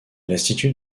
l’institut